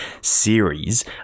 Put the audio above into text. series